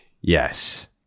Yes